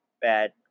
bad